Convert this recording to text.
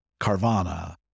Carvana